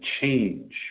change